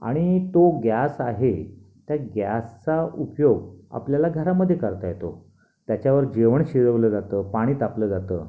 आणि तो गॅस आहे त्या गॅसचा उपयोग आपल्याला घरामध्ये करता येतो त्याच्यावर जेवण शिजवलं जातं पाणी तापलं जातं